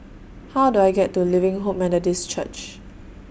How Do I get to Living Hope Methodist Church